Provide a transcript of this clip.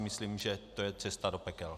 Myslím si, že to je cesta do pekel.